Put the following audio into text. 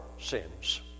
sins